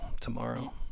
tomorrow